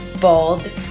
bold